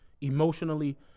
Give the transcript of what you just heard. emotionally